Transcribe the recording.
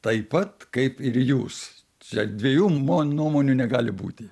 taip pat kaip ir jūs čia dviejų mo nuomonių negali būti